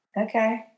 Okay